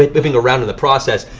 ah whipping around in the process.